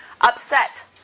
Upset